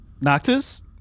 Noctis